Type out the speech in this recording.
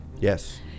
Yes